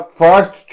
first